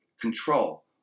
control